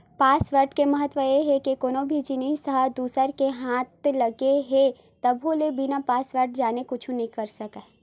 password के महत्ता ए हे के कोनो भी जिनिस ह दूसर के हाथ लग गे तभो ले बिना पासवर्ड जाने कुछु नइ कर सकय